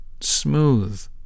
smooth